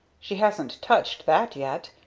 she hasn't touched that yet.